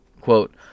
quote